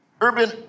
urban